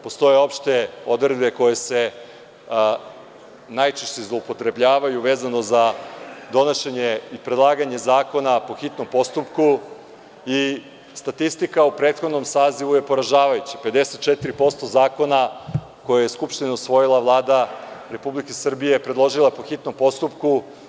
Postoje opšte odredbe koje se najčešće zloupotrebljavaju vezano za donošenje i predlaganje zakona po hitnom postupku i statistika u prethodnom sazivu je poražavajuća - 54% zakona, koje je Skupština usvojila, Vlada Republike Srbije je predložila po hitnom postupku.